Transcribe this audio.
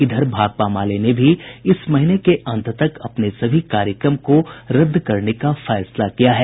इधर भाकपा माले ने भी इस महीने के अंत तक अपने सभी कार्यक्रम को रद्द करने का फैसला किया है